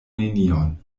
nenion